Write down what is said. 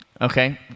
okay